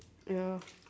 ya